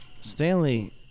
Stanley